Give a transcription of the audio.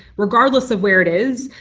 regardless of where it is,